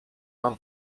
mam